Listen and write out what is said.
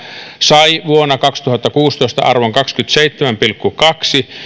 sai vuonna kaksituhattakuusitoista arvon kaksikymmentäseitsemän pilkku kaksi